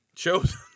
Chosen